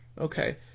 Okay